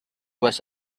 was